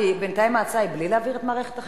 כי בינתיים ההצעה היא בלי להעביר את מערכת החינוך?